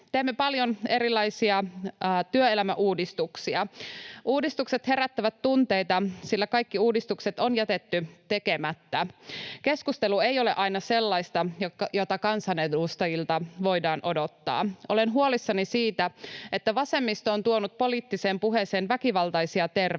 Teemme paljon erilaisia työelämäuudistuksia. Uudistukset herättävät tunteita, sillä kaikki uudistukset on aiemmin jätetty tekemättä. Keskustelu ei ole aina sellaista, jota kansanedustajilta voidaan odottaa. Olen huolissani siitä, että vasemmisto on tuonut poliittiseen puheeseen väkivaltaisia termejä: milloin